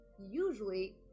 Usually